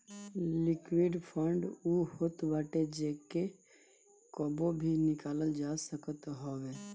liquid fund उ होत बाटे जेके कबो भी निकालल जा सकत हवे